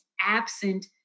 absent